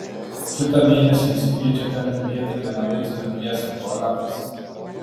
kitą mėnesį jis kviečia ten žiūrėti vienaveiksmę pjesę tualetas